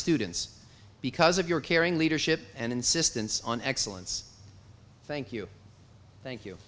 students because of your caring leadership and insistence on excellence thank you thank you